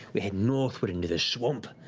we head northward into the swamp.